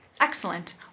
Excellent